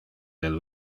del